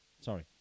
Sorry